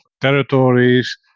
territories